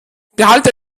behalte